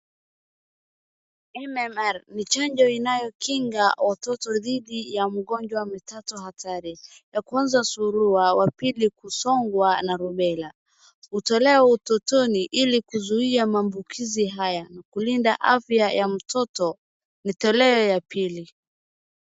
MMR ni chanjo inayokinga watoto dhidi ya magonjwa matatu hatari, ya kwanza surua, ya pili kusongwa na rubela. Utolewa utotoni ili kuzuia maambukizi haya na kulinda afya ya mtoto ni toleo ya pili.